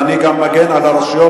אבל אני גם מגן על הרשויות,